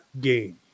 game